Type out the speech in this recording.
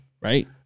Right